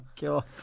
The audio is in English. god